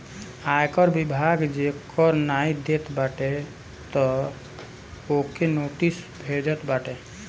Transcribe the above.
आयकर विभाग जे कर नाइ देत बाटे तअ ओके नोटिस भेजत बाटे